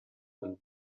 and